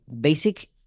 basic